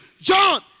John